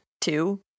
two